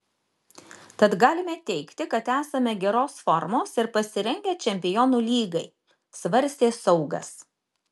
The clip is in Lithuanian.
tad galime teigti kad esame geros formos ir pasirengę čempionų lygai svarstė saugas